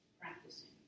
practicing